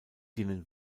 denen